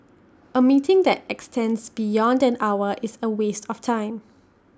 A meeting that extends beyond an hour is A waste of time